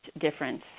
difference